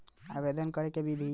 आवेदन करे के विधि कइसे होला?